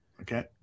Okay